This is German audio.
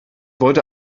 wollte